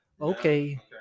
okay